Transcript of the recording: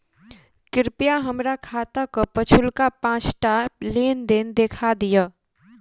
कृपया हमरा हम्मर खाताक पिछुलका पाँचटा लेन देन देखा दियऽ